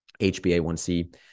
HbA1c